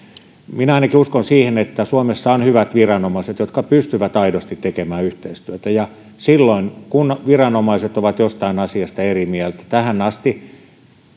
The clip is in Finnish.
minä ainakin uskon siihen että suomessa on hyvät viranomaiset jotka pystyvät aidosti tekemään yhteistyötä ja silloin kun viranomaiset ovat jostain asiasta eri mieltä niin tähän asti